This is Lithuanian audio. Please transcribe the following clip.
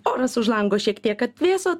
oras už lango šiek tiek atvėso